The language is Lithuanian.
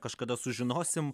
kažkada sužinosim